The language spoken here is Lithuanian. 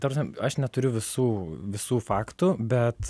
ta prasme aš neturiu visų visų faktų bet